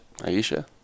Ayesha